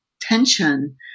tension